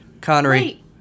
Connery